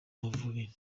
mavubi